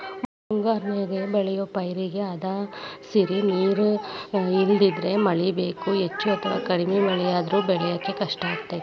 ಮುಂಗಾರ್ಯಾಗ ಬೆಳಿಯೋ ಪೇಕೇಗೆ ಹದಸಿರಿ ನೇರ ಇಲ್ಲಂದ್ರ ಮಳಿ ಬೇಕು, ಹೆಚ್ಚ ಅಥವಾ ಕಡಿಮೆ ಮಳೆಯಾದ್ರೂ ಬೆಳ್ಯಾಕ ಕಷ್ಟಾಗ್ತೇತಿ